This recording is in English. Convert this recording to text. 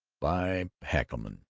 by heckalorum!